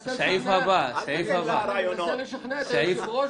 מנסה לשכנע את היושב-ראש